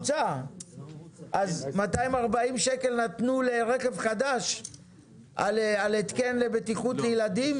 אז 240 שקל נתנו לרכב חדש על התקן לבטיחות לילדים